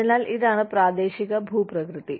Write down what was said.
അതിനാൽ ഇതാണ് പ്രാദേശിക ഭൂപ്രകൃതി